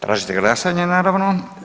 Tražite glasanje, naravno?